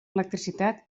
electricitat